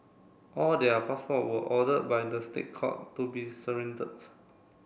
all their passport were ordered by the State Court to be surrendered